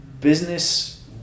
Business